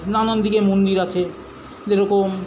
নানান দিকে মন্দির আছে যেরকম